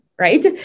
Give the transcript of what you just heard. right